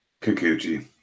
kikuchi